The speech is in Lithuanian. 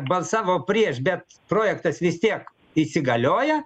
balsavo prieš bet projektas vis tiek įsigalioja